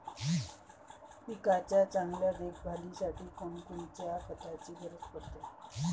पिकाच्या चांगल्या देखभालीसाठी कोनकोनच्या खताची गरज पडते?